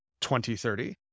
2030